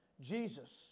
Jesus